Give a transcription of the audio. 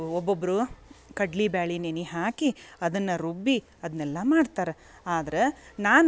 ಒಬ್ಬೊಬ್ಬರು ಕಡ್ಲೆಬ್ಯಾಳಿ ನೆನೆ ಹಾಕಿ ಅದನ್ನು ರುಬ್ಬಿ ಅದನ್ನೆಲ್ಲ ಮಾಡ್ತಾರ ಆದ್ರೆ ನಾನು